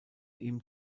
ihm